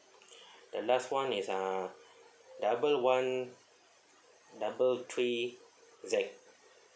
the last one is uh double one double three Z